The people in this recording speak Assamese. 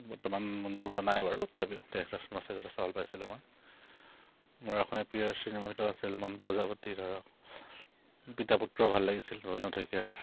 বৰ্তমান মুন বৰুৱা নাই বাৰু তথাপিও তেখেতৰ চিনেমা চাই যথেষ্ট ভাল পাইছিলোঁ মই মোৰ এখন প্ৰিয় চিনেমাৰ ভিতৰত আছিল মন প্ৰজাপতি ধৰক পিতা পুত্ৰ ভাল লাগিছিল শইকীয়াৰ